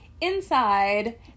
inside